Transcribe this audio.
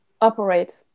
operate